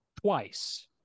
twice